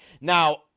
now